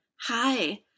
hi